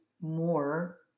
more